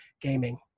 gaming